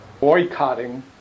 boycotting